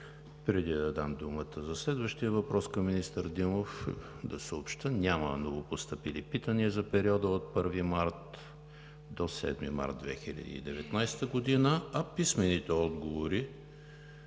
Преди да дам думата за следващия въпрос към министър Димов да съобщя, че няма новопостъпили питания за периода 1 – 7 март 2019 г., а писмените отговори